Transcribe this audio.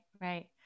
Right